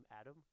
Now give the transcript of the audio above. Adam